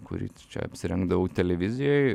kurį čia apsirengdavau televizijoj